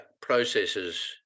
processes